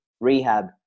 rehab